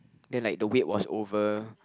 then like the wait was over